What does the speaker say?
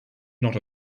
not